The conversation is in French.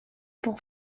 pour